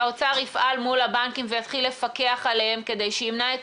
שהאוצר יפעל מול הבנקים ויתחיל לפקח עליהם כדי שימנע את